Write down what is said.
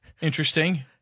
Interesting